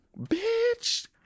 Bitch